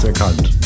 erkannt